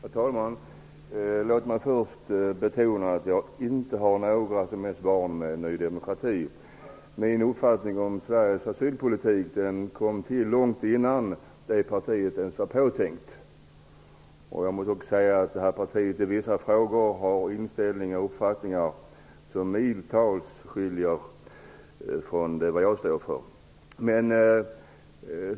Herr talman! Låt mig först betona att jag inte har några som helst ''barn'' med Ny demokrati. Min uppfattning om den svenska asylpolitiken kom till långt innan det partiet ens var påtänkt. I vissa frågor har detta parti inställningar och uppfattningar som ligger miltals ifrån det som jag står för.